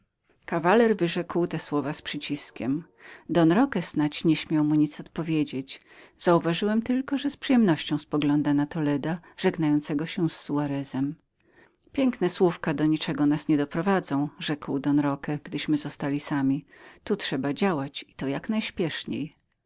kawaler wyrzekł te słowa z przyciskiem don roque snać nie śmiał mu nic odpowiedzieć uważałem tylko że z przyjemnością poglądał na toleda żegnającego się w tej chwili z soarezem piękne słówka do niczego nas nie doprowadzą rzekł don roque gdyśmy zostali sami tu trzeba działać i to jak